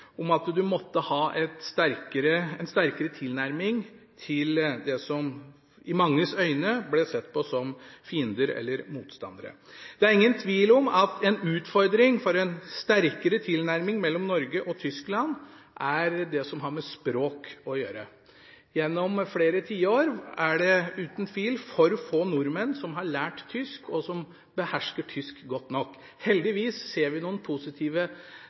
om at en måtte ha en sterkere tilnærming til dem som i manges øyne ble sett på som fiender eller motstandere. Det er ingen tvil om at det som har med språk å gjøre er en utfordring for en sterkere tilnærming mellom Norge og Tyskland. Gjennom flere tiår er det uten tvil for få nordmenn som har lært seg tysk, og som behersker tysk godt nok, men heldigvis ser vi noen positive